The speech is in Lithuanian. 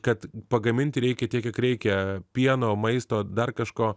kad pagaminti reikia tiek kiek reikia pieno maisto dar kažko